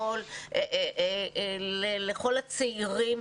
לכל הצעירים.